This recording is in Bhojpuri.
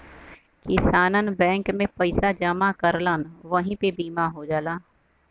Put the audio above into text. किसानन बैंक में पइसा जमा करलन वही पे बीमा हो जाला